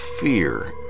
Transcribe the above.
fear